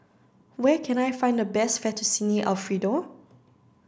where can I find the best Fettuccine Alfredo